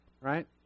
right